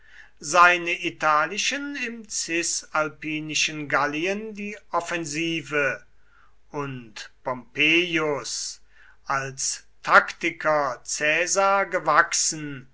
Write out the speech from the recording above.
seine italischen im cisalpinischen gallien die offensive und pompeius als taktiker caesar gewachsen